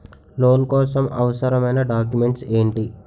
Loan కోసం అవసరమైన documents ఎంటి?